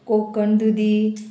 कोकण दुदी